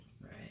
Right